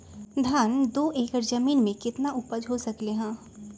धान दो एकर जमीन में कितना उपज हो सकलेय ह?